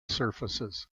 surfaces